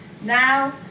Now